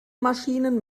maschinen